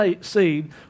seed